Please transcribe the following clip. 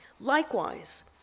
Likewise